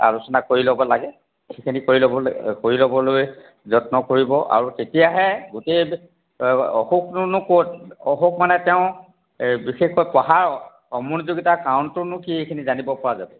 আলোচনা কৰি ল'ব লাগে সেইখিনি কৰি ল'বলৈ কৰি ল'বলৈ যত্ন কৰিব আৰু তেতিয়াহে গোটেই অসুখটোনো ক'ত অসুখ মানে তেওঁ এই বিশেষকৈ তাৰ অমনোযোগিতা কাৰণটোনো কি এইখিনি জানিব পৰা যাব